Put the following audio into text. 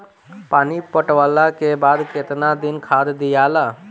पानी पटवला के बाद केतना दिन खाद दियाला?